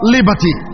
Liberty